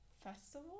Festival